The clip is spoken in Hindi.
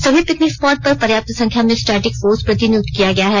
सभी पिकनिक स्पॉट पर पर्याप्त संख्या में स्टैटिक्स फोर्स प्रतिनियुक्त किया गया है